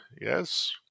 Yes